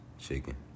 Chicken